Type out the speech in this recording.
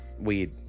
weed